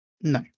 No